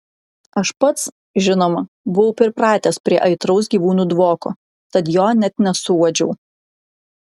aš pats žinoma buvau pripratęs prie aitraus gyvūnų dvoko tad jo net nesuuodžiau